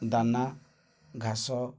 ଦାନା ଘାସ